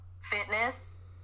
fitness